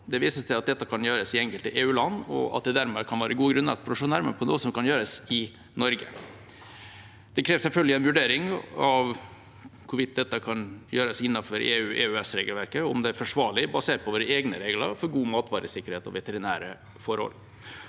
Det vises til at dette kan gjøres i enkelte EU-land, og at det dermed kan være gode grunner for å se nærmere på om det er noe som kan gjøres i Norge. Det kreves selvfølgelig en vurdering av hvorvidt dette kan gjøres innenfor EU- og EØS-regelverket, om det er forsvarlig basert på våre egne regler for god matvaresikkerhet og veterinære forhold.